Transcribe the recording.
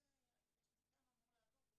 יש הסכם, אמור לעבור.